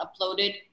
uploaded